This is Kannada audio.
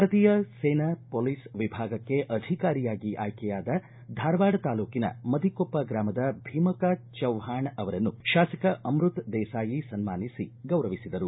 ಭಾರತೀಯ ಸೇನಾ ಪೊಲೀಸ್ ವಿಭಾಗಕ್ಕೆ ಅಧಿಕಾರಿಯಾಗಿ ಆಯ್ಕೆಯಾದ ಧಾರವಾಡ ತಾಲೂಕಿನ ಮದಿಕೊಪ್ಪ ಗ್ರಾಮದ ಭೀಮಕ್ಕ ಚವ್ವಾಣ ಅವರನ್ನು ಶಾಸಕ ಅಮೃತ ದೇಸಾಯಿ ಸನ್ಮಾನಿಸಿ ಗೌರವಿಸಿದರು